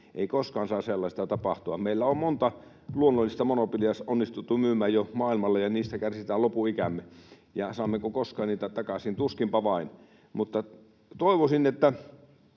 Ei koskaan saa sellaista tapahtua. Meillä on monta luonnollista monopolia onnistuttu myymään jo maailmalle, ja siitä kärsitään lopun ikämme. Saammeko koskaan niitä takaisin? Tuskinpa vain. Euroopan unioni